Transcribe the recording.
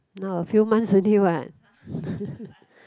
no a few months only what